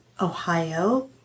Ohio